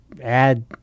add